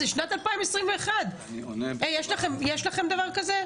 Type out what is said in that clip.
זאת שנת 2021. יש לכם דבר כזה?